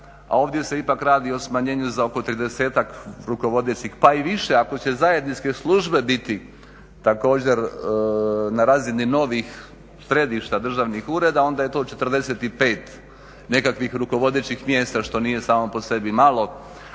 ovdje se ipak radi o smanjenju za oko 30-ak rukovodećih pa i više ako će zajedničke službe biti također na razini novih državnih ureda onda je to 45 nekakvih rukovodećih mjesta što nije samo po sebi malo.